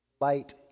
light